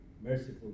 Merciful